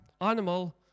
animal